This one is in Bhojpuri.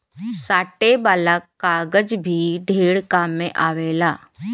साटे वाला कागज भी ढेर काम मे आवेला